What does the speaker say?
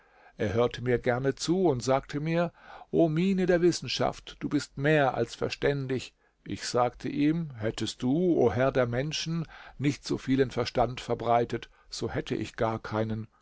er hörte mir gerne zu und sagte mir o mine der wissenschaft du bist mehr als verständig ich sagte ihm hättest du o herr der menschen nicht so vielen verstand verbreitet so hätte ich gar keinen